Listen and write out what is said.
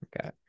Okay